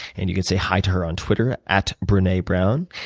and you can say hi to her on twitter at brenebrown.